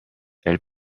elle